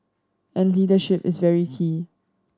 and leadership is very key